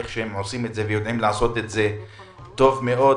כמו שהם עושים את זה ויודעים לעשות את זה טוב מאוד,